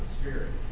Spirit